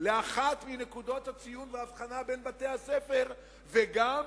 לאחת מנקודות הציון וההבחנה בין בתי-הספר, וגם